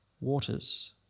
waters